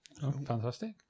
Fantastic